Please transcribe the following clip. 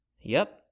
Yep